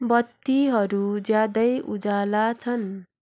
बत्तीहरू ज्यादै उज्याला छन्